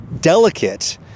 delicate